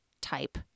type